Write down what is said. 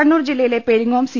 കണ്ണൂർ ജില്ലയിലെ പെരിങ്ങോം സി